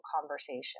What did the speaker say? conversation